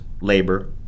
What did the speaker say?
labor